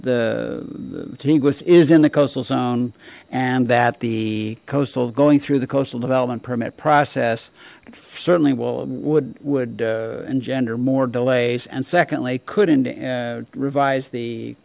in the coastal zone and that the coastal going through the coastal development permit process certainly will would would engender more delays and secondly couldn't revise the